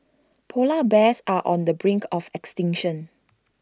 Polar Bears are on the brink of extinction